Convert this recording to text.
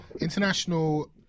international